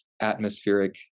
atmospheric